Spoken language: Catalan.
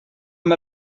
amb